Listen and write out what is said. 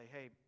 hey